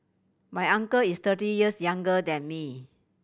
my uncle is thirty years younger than me